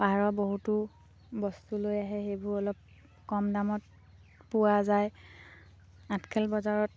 পাহাৰৰ বহুতো বস্তু লৈ আহে সেইবোৰ অলপ কম দামত পোৱা যায় আঠখেল বজাৰত